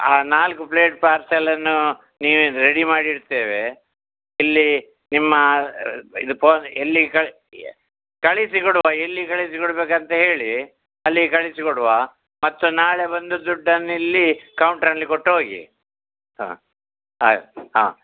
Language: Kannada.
ಹಾಂ ನಾಲ್ಕು ಪ್ಲೇಟ್ ಪಾರ್ಸೆಲನ್ನು ನೀವು ರೆಡಿ ಮಾಡಿ ಇಡ್ತೇವೆ ಇಲ್ಲಿ ನಿಮ್ಮ ಇದು ಪೋನ್ ಎಲ್ಲಿ ಕಳ್ ಕಳಿಸಿ ಕೊಡುವಾ ಎಲ್ಲಿ ಕಳಿಸಿ ಕೊಡಬೇಕಂತ ಹೇಳಿ ಅಲ್ಲಿಗೆ ಕಳಿಸಿ ಕೊಡುವ ಮತ್ತು ನಾಳೆ ಬಂದು ದುಡ್ಡನ್ನು ಇಲ್ಲಿ ಕೌಂಟ್ರಲ್ಲಿ ಕೊಟ್ಟು ಹೋಗಿ ಹಾಂ ಆಯ್ತು ಹಾಂ